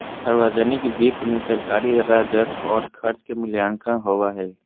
सावर्जनिक वित्त मे सरकारी राजस्व और खर्च के मूल्यांकन होवो हय